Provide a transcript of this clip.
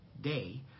day